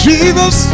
Jesus